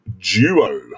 Duo